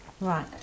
Right